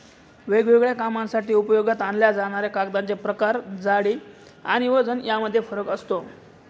वेगवेगळ्या कामांसाठी उपयोगात आणल्या जाणाऱ्या कागदांचे प्रकार, जाडी आणि वजन यामध्ये फरक असतो